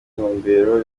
intumbero